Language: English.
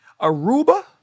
Aruba